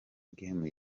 game